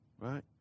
right